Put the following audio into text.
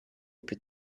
più